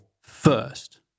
first